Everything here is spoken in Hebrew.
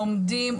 לומדים,